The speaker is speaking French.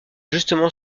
justement